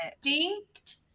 distinct